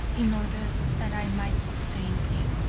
in order that i might obtain it.